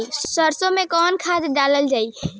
सरसो मैं कवन खाद डालल जाई?